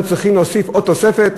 אנחנו צריכים להוסיף עוד תוספת?